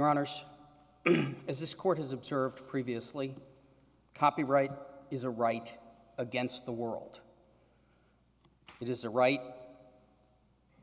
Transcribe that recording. honour's is this court has observed previously copyright is a right against the world it is a right